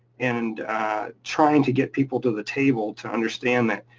and trying to get people to the table to understand that